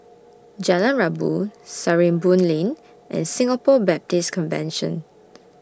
Jalan Rabu Sarimbun Lane and Singapore Baptist Convention